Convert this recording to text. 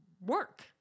work